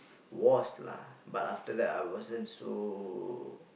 was lah but after that I wasn't so